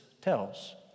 tells